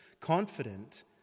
confident